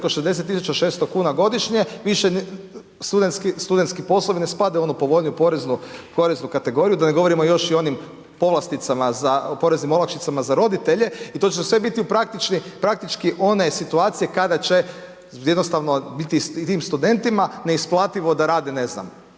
60.600,00 kn godišnje više studentski poslovi ne spadaju u onu povoljniju poreznu kategoriju. Da ne govorimo još i o onim povlasticama, poreznim olakšicama za roditelje i to će sve biti praktički one situacije kada će jednostavno biti tim studentima neisplativo da rade, ne znam,